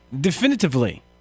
definitively